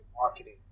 marketing